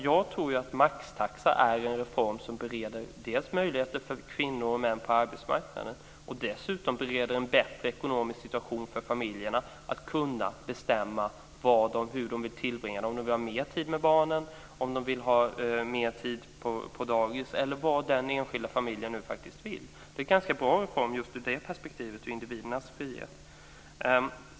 Jag tror att maxtaxan är en reform som bereder dels möjligheter för kvinnor och män på arbetsmarknaden, dels en bättre ekonomisk situation för familjerna när det gäller möjligheterna att bestämma hur de vill tillbringa tiden - om de vill ha mer tid med barnen, mer tid på dagis eller vad den enskilda familjen nu vill. Det är en ganska bra reform just i perspektivet individens frihet.